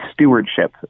stewardship